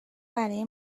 برای